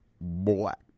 black